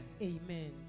Amen